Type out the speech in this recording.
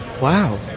Wow